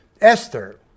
Esther